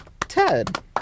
Ted